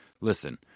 listen